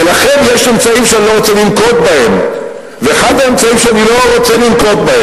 ולכן יש אמצעים שאני לא רוצה לנקוט,